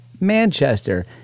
Manchester